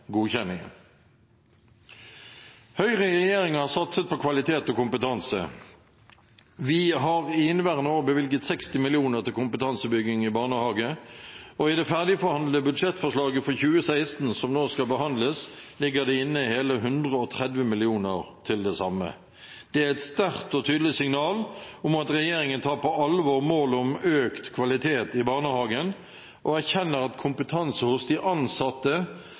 godkjenningen. Høyre i regjering har satset på kvalitet og kompetanse. Vi har i inneværende år bevilget 60 mill. kr til kompetansebygging i barnehage, og i det ferdigforhandlede budsjettforslaget for 2016, som nå skal behandles, ligger det inne hele 130 mill. kr til det samme. Det er et sterkt og tydelig signal om at regjeringen tar på alvor målet om økt kvalitet i barnehagen, og erkjenner at kompetanse hos de ansatte